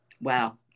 Wow